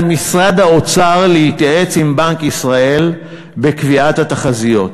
משרד האוצר להתייעץ עם בנק ישראל בקביעת התחזיות.